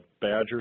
badger